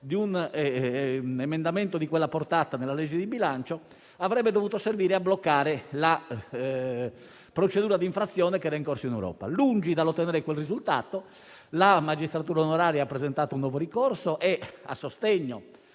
di un emendamento di tale portata nella legge di bilancio - perché avrebbe dovuto servire a bloccare la procedura di infrazione che era in corso in Europa. Lungi dall'ottenere quel risultato, la magistratura onoraria ha presentato un nuovo ricorso e, a sostegno